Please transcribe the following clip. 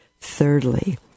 Thirdly